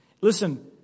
Listen